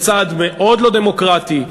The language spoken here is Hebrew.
בצעד מאוד לא דמוקרטי,